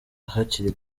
hakiri